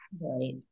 Right